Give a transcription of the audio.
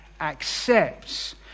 accepts